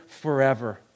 forever